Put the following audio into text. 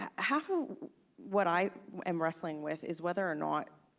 half of what i am wrestling with is whether or not